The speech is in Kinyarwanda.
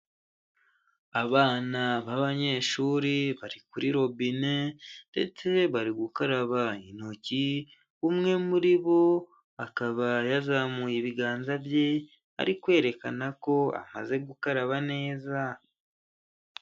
abana b'abanyeshuri bari kuri robine ndetse bari gukaraba intoki umwe muri bo akaba yazamuye ibiganza bye ari kwerekana ko amaze gukaraba neza.